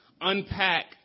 unpack